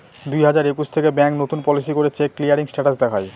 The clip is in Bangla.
দুই হাজার একুশ থেকে ব্যাঙ্ক নতুন পলিসি করে চেক ক্লিয়ারিং স্টেটাস দেখায়